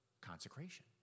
consecration